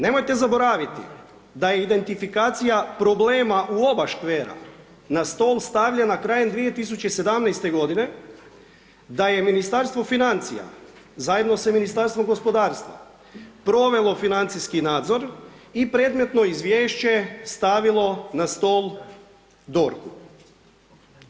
Nemojte zaboraviti da je identifikacija problema u oba škvera na stol stavljena krajem 2017.-te godine, da je Ministarstvo financija zajedno sa Ministarstvom gospodarstva, provelo financijski nadzor i predmetno izvješće stavilo na stol DORH-u.